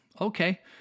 Okay